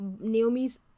Naomi's